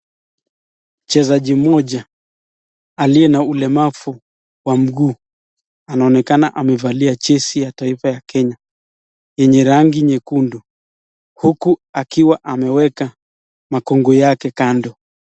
Mchezaji mmoja aliye na ulemavu wa mguu anaonekana amevalia jezi ya taifa ya Kenya yenye rangi nyekundu huku akiwa ameweka mikungu yake kando.